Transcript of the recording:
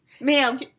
Ma'am